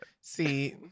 See